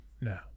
No